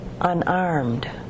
unarmed